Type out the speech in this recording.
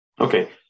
Okay